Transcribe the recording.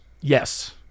Yes